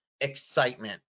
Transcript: excitement